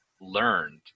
learned